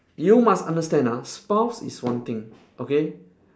you must understand ah spouse is one thing okay